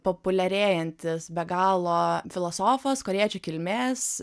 populiarėjantis be galo filosofas korėjiečių kilmės